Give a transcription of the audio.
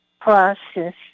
process